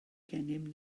gennym